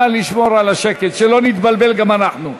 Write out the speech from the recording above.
נא לשמור על השקט, שלא נתבלבל גם אנחנו.